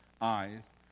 eyes